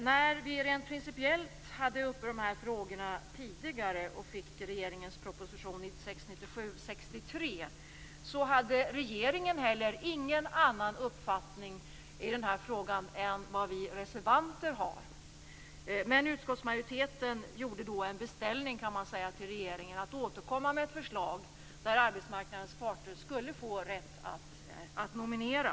När vi rent principiellt diskuterade dessa frågor tidigare - när vi fick regeringens proposition 1996/97:63 - hade regeringen ingen annan uppfattning i frågan än vad vi reservanter har, men utskottsmajoriteten gjorde då en beställning hos regeringen om att den skulle återkomma med ett förslag där arbetsmarknadens parter skulle få rätt att nominera.